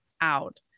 out